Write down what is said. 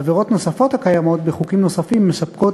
עבירות נוספות הקיימות בחוקים נוספים מספקות